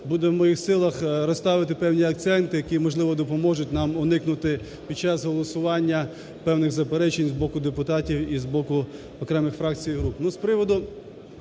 буде в моїх силах, розставити певні акценти, які можливо допоможуть нам уникнути під час голосування певних заперечень з боку депутатів і з боку окремих фракцій, і груп.